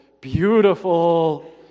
beautiful